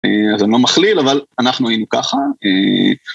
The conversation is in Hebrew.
אז אני לא מכליל אבל אנחנו היינו ככה